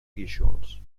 guíxols